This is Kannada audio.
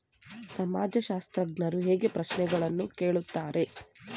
ಸಮಾಜಶಾಸ್ತ್ರಜ್ಞರು ಹೇಗೆ ಪ್ರಶ್ನೆಗಳನ್ನು ಕೇಳುತ್ತಾರೆ?